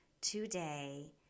today